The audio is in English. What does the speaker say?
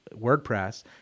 WordPress